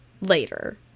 later